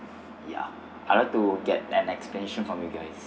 ya I'd like to get an explanation from you guys